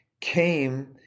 came